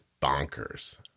bonkers